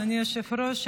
אדוני היושב-ראש,